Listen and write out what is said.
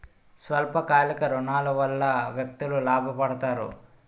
స్వల్ప కాలిక ఋణాల వల్ల వ్యక్తులు లాభ పడతారు